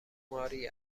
ماری